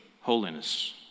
holiness